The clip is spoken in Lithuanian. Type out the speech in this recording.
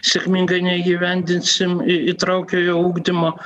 sėkmingai neįgyvendinsim įtraukiojo ugdymo